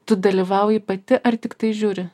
tu dalyvauji pati ar tiktai žiūri